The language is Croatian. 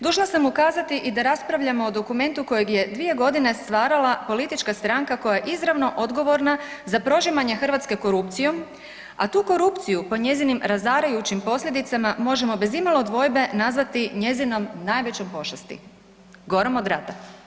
Došla sam ukazati i da raspravljamo o dokumentu kojeg je dvije godine stvarala politička stranka koja je izravno odgovorna za prožimanje Hrvatske korupcijom, a tu korupciju po njezinim razarajućim posljedicama možemo bez imalo dvojbe nazvati njezinom najvećom pošasti, gorom od rata.